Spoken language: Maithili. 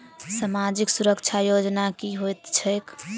सामाजिक सुरक्षा योजना की होइत छैक?